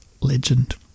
legend